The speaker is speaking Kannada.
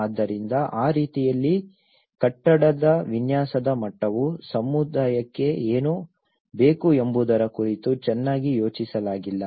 ಆದ್ದರಿಂದ ಆ ರೀತಿಯಲ್ಲಿ ಕಟ್ಟಡದ ವಿನ್ಯಾಸದ ಮಟ್ಟವು ಸಮುದಾಯಕ್ಕೆ ಏನು ಬೇಕು ಎಂಬುದರ ಕುರಿತು ಚೆನ್ನಾಗಿ ಯೋಚಿಸಲಾಗಿಲ್ಲ